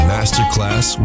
Masterclass